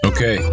Okay